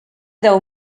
deu